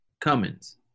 Cummins